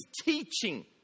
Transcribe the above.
teaching